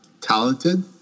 talented